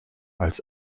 als